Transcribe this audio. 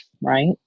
right